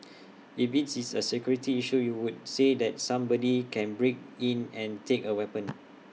if it's is A security issue you would say that somebody can break in and take A weapon